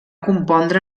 compondre